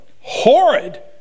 horrid